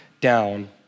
down